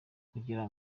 kugira